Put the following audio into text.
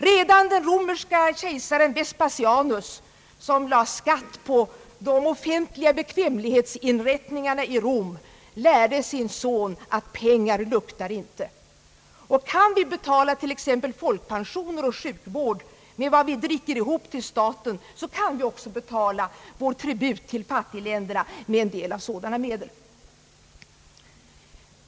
Redan den romerske kejsaren Vespasianus, som lade skatt på de offentliga bekvämlighetsinrättningarna i Rom, lärde sin son att »pengar luktar inte». Kan vi betala till exempel folkpensioner och sjukvård med vad vi dricker ihop till staten, kan vi också betala vår tribut till fattigländerna med en del av sådana medel.